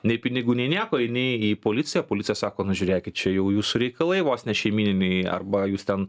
nei pinigų nei nieko eini į policiją policija sako nu žiūrėkit čia jau jūsų reikalai vos ne šeimyniniai arba jūs ten